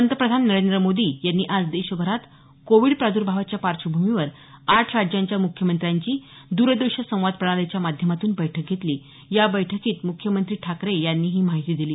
पंतप्रधान नरेंद्र मोदी यांनी आज देशभरात कोविड प्रादर्भावाच्या पार्श्वभूमीवर आठ राज्यांच्या मुख्यमंत्र्यांची द्रद्रश्य संवाद प्रणालीच्या माध्यमातून बैठक घेतली या बैठकीत मुख्यमंत्री ठाकरे यांनी ही माहिती दिली